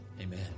Amen